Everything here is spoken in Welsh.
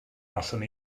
allwn